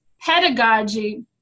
pedagogy